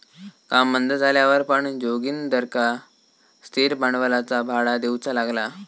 काम बंद झाल्यावर पण जोगिंदरका स्थिर भांडवलाचा भाडा देऊचा लागला